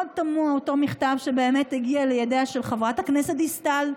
מאוד תמוה אותו מכתב שבאמת הגיע לידיה של חברת הכנסת דיסטל.